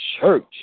church